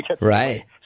Right